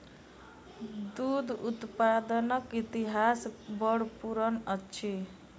दूध उत्पादनक इतिहास बड़ पुरान अछि